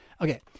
Okay